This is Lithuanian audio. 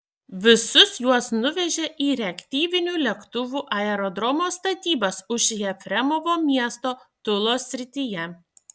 visus juos nuvežė į reaktyvinių lėktuvų aerodromo statybas už jefremovo miesto tulos srityje